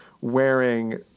wearing